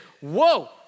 whoa